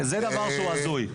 זה דבר שהוא הזוי.